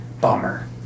bummer